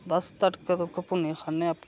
अस तड़का भुन्नियै खन्ने आं